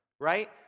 right